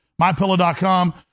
MyPillow.com